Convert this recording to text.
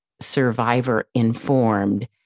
survivor-informed